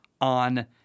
on